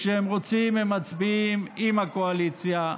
כשהם רוצים הם מצביעים עם הקואליציה,